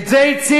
את זה הציעו,